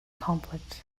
conflict